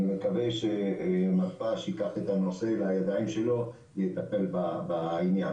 אני מקווה שמתפ"ש ייקח את הנושא בידיים שלו ויטפל בעניין.